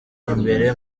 imbere